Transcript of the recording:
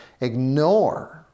ignore